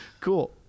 cool